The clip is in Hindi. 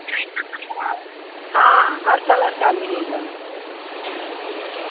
हाँ हर कलर का मिलेगा